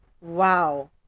Wow